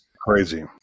crazy